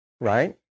right